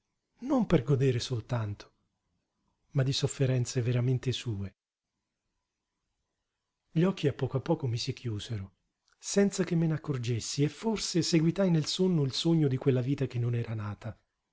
non per godere soltanto ma di sofferenze veramente sue gli occhi a poco a poco mi si chiusero senza che me n'accorgessi e forse seguitai nel sonno il sogno di quella vita che non era nata